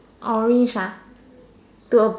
orange ah to a